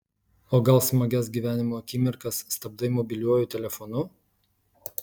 o gal smagias gyvenimo akimirkas stabdai mobiliuoju telefonu